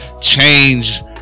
change